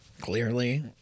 clearly